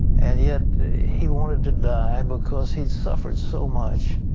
and yet he wanted to die because he suffered so much.